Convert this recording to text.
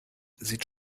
sieht